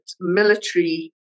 military